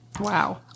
Wow